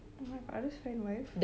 my father's friend wife